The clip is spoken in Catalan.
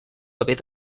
paper